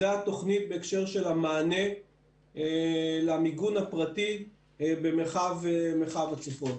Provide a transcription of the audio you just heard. זו התוכנית בהקשר של המענה למיגון הפרטי במרחב הצפון.